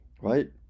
right